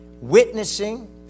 witnessing